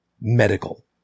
medical